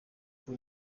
uko